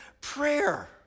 prayer